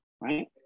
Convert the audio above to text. right